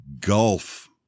gulf